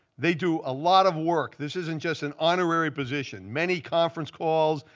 they do a lot of work. this isn't just an honorary position many conference calls,